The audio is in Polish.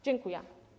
Dziękuję.